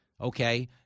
okay